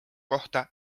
kohta